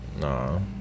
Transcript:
No